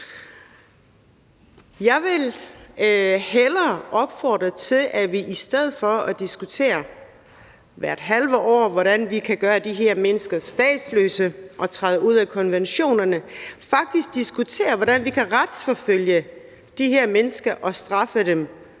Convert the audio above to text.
Jeg vil hellere opfordre til, at vi i stedet for hvert halve år at diskutere, hvordan vi kan gøre de her mennesker statsløse og træde ud af konventionerne, faktisk diskuterer, hvordan vi kan retsforfølge de her mennesker og straffe dem